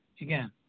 Again